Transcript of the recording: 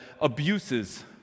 abuses